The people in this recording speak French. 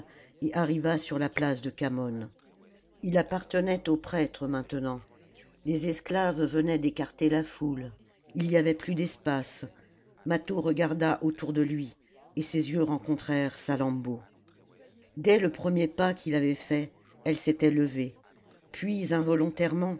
et arriva sur la place de khamon h appartenait aux prêtres maintenant les esclaves venaient d'écarter la foule il y avait plus d'espace mâtho regarda autour de lui et ses yeux rencontrèrent salammbô dès le premier pas qu'il avait fait elle s'était levée puis involontairement